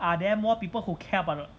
are there more people who care about